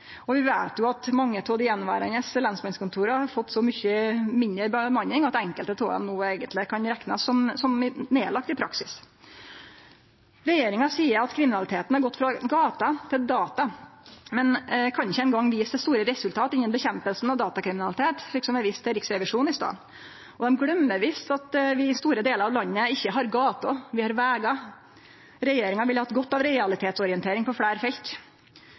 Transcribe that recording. Vi veit at mange av dei attverande lensmannskontora har fått så mykje mindre bemanning at enkelte av dei no eigentleg kan reknast som nedlagde i praksis. Regjeringa seier at kriminaliteten har gått frå gata til data, men kan ikkje eingong vise til store resultat innan nedkjempinga av datakriminalitet, slik eg viste med utsegna frå Riksrevisjonen i stad, og dei gløymer visst at vi i store delar av landet ikkje har gater, vi har vegar. Regjeringa ville hatt godt av ei realitetsorientering på fleire felt.